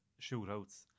shootouts